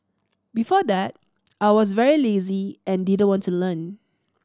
before that I was very lazy and didn't want to learn